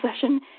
session